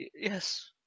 Yes